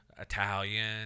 Italian